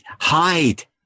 hide